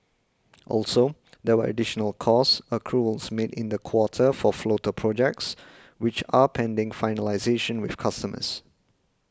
also there were additional cost accruals made in the quarter for floater projects which are pending finalisation with customers